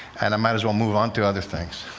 and i might as well move on to other things.